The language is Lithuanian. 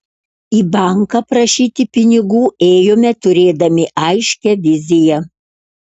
į banką prašyti pinigų ėjome turėdami aiškią viziją